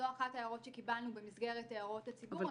זו אחת ההערות שקיבלנו במסגרת הערות הציבור.